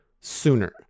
sooner